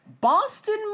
Boston